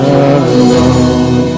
alone